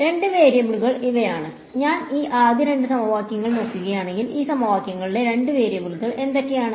രണ്ട് വേരിയബിളുകൾ ഇവയാണ് ഞാൻ ഈ ആദ്യ രണ്ട് സമവാക്യങ്ങൾ നോക്കുകയാണെങ്കിൽ ഈ സമവാക്യങ്ങളിലെ രണ്ട് വേരിയബിളുകൾ എന്തൊക്കെയാണ്